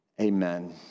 Amen